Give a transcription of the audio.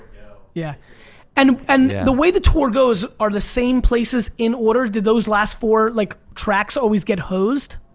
yeah, and and the way the tour goes are the same places in order, did those last four like tracks always get hosed?